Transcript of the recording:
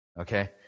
Okay